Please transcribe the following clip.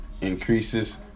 increases